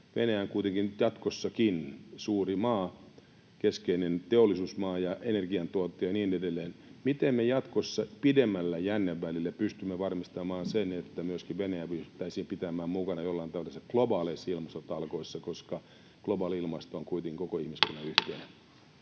Venäjä on kuitenkin jatkossakin suuri maa, keskeinen teollisuusmaa ja energiantuottaja ja niin edelleen. Miten me jatkossa pidemmällä jännevälillä pystymme varmistamaan sen, että myöskin Venäjä pystyttäisiin pitämään jollain tavalla mukana globaaleissa ilmastotalkoissa? Globaali ilmasto on kuitenkin [Puhemies